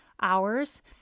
hours